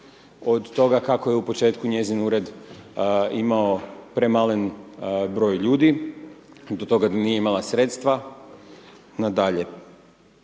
od toga kako je u početku njezin ured imao premalen broj ljudi, do toga da nije imala sredstava nadalje.